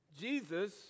Jesus